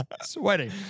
sweating